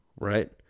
Right